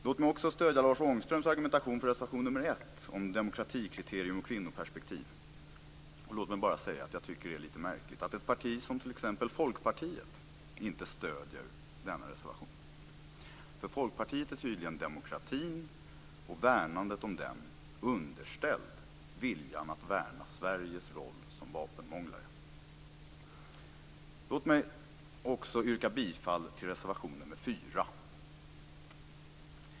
Låt mig också stödja Lars Ångströms argumentation för reservation nr 1 om ett demokratikriterium och kvinnoperspektiv. Låt mig bara säga att jag tycker att det är lite märkligt att ett parti som Folkpartiet inte stöder denna reservation. För Folkpartiet är tydligen demokratin och värnandet om den underställd viljan att värna Sveriges roll som vapenmånglare. Låt mig också yrka bifall till reservation nr 4.